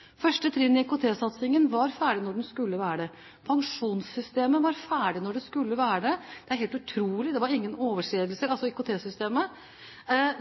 det. Pensjonssystemet var ferdig da det skulle være det. Det er helt utrolig – det var ingen overskridelser på IKT-systemet.